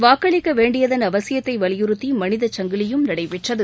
வாக்களிக்க வேண்டியதன் அவசியத்தை வலியுறுத்தி மனிதச் சங்கிலியும் நடைபெற்றது